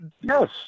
yes